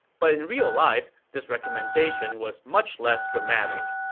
but in real life, this recommendation was much less dramatic.